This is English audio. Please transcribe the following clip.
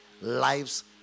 lives